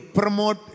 promote